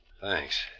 Thanks